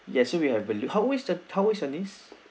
yes so we'll have ballo~ how old is how old is your nice